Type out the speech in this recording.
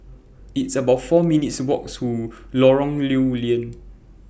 It's about four minutes' Walk to Lorong Lew Lian